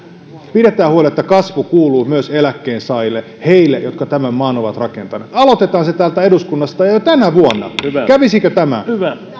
pidetään huoli että kasvu kuuluu myös eläkkeensaajille heille jotka tämän maan ovat rakentaneet aloitetaan se täältä eduskunnasta jo tänä vuonna kävisikö tämä